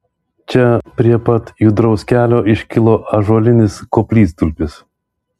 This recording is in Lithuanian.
čia prie pat judraus kelio iškilo ąžuolinis koplytstulpis